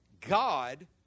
God